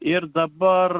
ir dabar